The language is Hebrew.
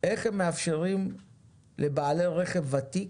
איך הם מאפשרים לבעלי רכב ותיק